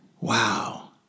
wow